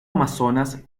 amazonas